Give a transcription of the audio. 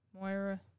Moira